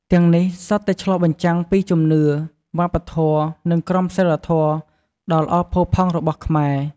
ទាំងនេះសុទ្ធតែឆ្លុះបញ្ចាំងពីជំនឿ វប្បធម៌ និងក្រមសីលធម៌ដ៏ល្អផូរផង់របស់ខ្មែរ។